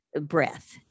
breath